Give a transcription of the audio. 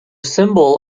symbol